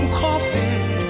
coffee